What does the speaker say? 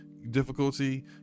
difficulty